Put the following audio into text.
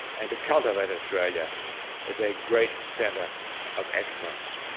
and to cultivate australia as a great centre of excellence.